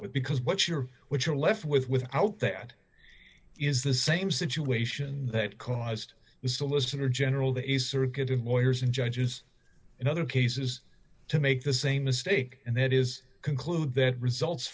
win because what you're what you're left with without that is the same situation that caused the solicitor general that is circuit and lawyers and judges in other cases to make the same mistake and that is conclude that results